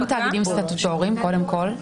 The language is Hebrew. גם תאגידים סטטוטוריים קודם כל.